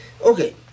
Okay